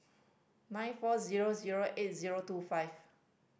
nine four zero zero eight zero two five